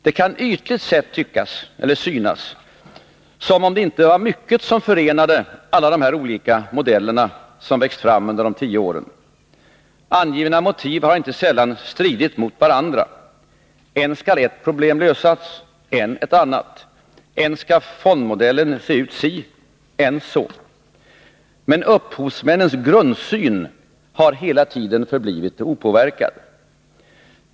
Det kan ytligt sett synas som om det inte var mycket som förenade alla de olika modeller som har växt fram under de tio åren. Angivna motiv har inte sällan stridit mot varandra. Än skall ett problem lösas, än ett annat. Än skall fondmodellen se ut si, än så. Men upphovsmännens grundsyn har hela tiden förblivit opåverkad.